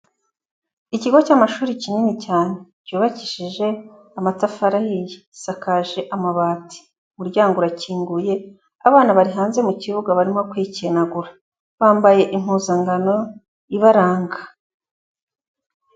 Ikigo cy'amashuri kinini cyane cyubakishije amatafari ahiye, gisakaje amabati, umuryango urakinguye, abana bari hanze mu kibuga barimo kwikinagura, bambaye impuzankano ibaranga.